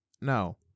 No